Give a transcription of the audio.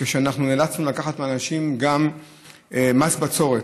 כשאנחנו נאלצנו לקחת מאנשים גם מס בצורת,